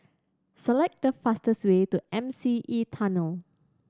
select the fastest way to M C E Tunnel